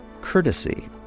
courtesy